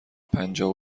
پنجاه